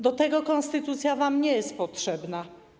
Do tego konstytucja wam nie jest potrzebna.